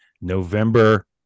November